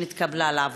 שהתקבלה לעבוד.